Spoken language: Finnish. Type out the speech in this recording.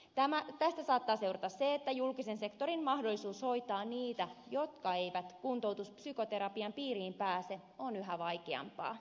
tästä saattaa seurata se että julkisen sektorin mahdollisuus hoitaa niitä jotka eivät kuntoutuspsykoterapian piiriin pääse on yhä vaikeampaa